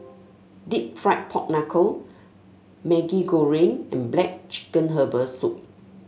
deep fried Pork Knuckle Maggi Goreng and black chicken Herbal Soup